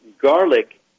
Garlic